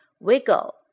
Wiggle